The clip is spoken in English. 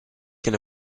can